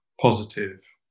positive